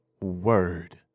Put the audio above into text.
word